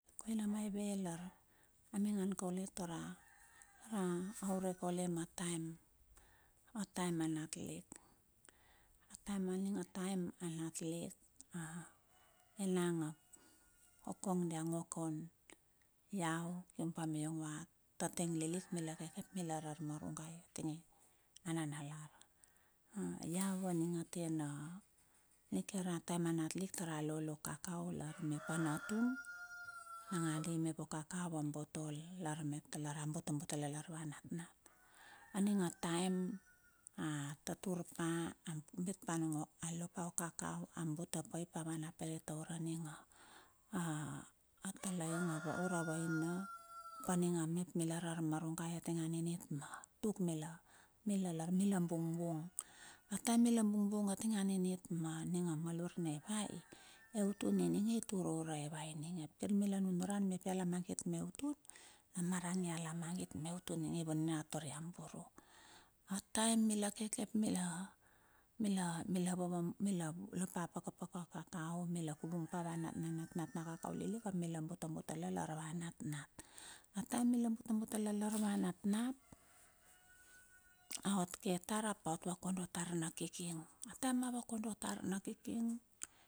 Koina maive lar a maingan kaule tara urek kaule ma taem, a taem a natlik. A taem aning a taem a natlik, enang ap kokong dia ngo kaun iau kium pa iong ava tataing lilik mila ke ke ap mila ar marungai tinge ananalar. Iau aning a atena nikiar a taem a natlik tara lolo kakao lar mep a natung, nangadi mepo kakao a botol, lar mep a bute bute la lar ava natnat. aninga taem a tatur pa alo pa okakao a bute pai a van a pere taur ninga a talaing ura vaina aninga me ap mila ar armarugai a tinge aninit ma tuk mila, mila lar mila bung bung. A taem mila bung bung a tinge aninit ma ninga malur ne vai, eutun ninge i tur ure ninge vai ninge ap kirmila nunuran mep ia lamagit me utun, na marang ia lamangit me utun i vaninar tur ia buru. A taem mila keke ap mi lopa paka paka kakao mila lopa paka paka kakao, mila kuvung pa na natnat na kakao lilik ap mila boto botolan lar ava natnat. A taem mila bute, bute la lar ava natnat, a ot ke tar ap aot vakonda tar nakiking.